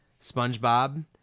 spongebob